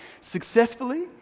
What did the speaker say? successfully